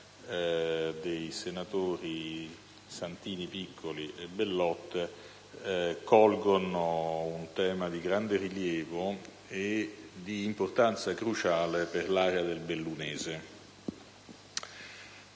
dai senatori Santini e Piccoli colgono un tema di grande rilievo e di importanza cruciale per l'area del bellunese.